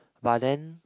but then